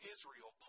Israel